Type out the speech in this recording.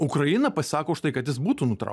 ukraina pasisako už tai kad jis būtų nutrauk